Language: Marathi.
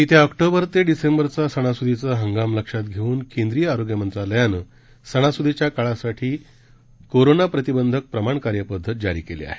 येत्या ऑक्टोबर ते डिसेंबरचा सणास्दीचा हंगाम लक्षात घेऊन केंद्रीय आरोग्य मंत्रालयानं सणास्दीच्या काळासाठी कोरोना प्रतिबंधक प्रमाण कार्यपद्धत जारी केली आहे